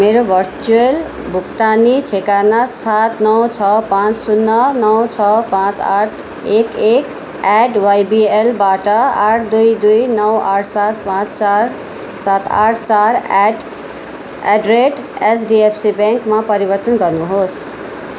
मेरो भर्चुवल भुक्तानी ठेगाना सात नौ छ पाँच शून्य नौ छ पाँच आठ एक एक एट वाइबिएलबाट आठ दुई दुई नौ आठ सात पाँच चार सात आठ चार at at the rate HDFC ब्याङ्कमा परिवर्तन गर्नुहोस्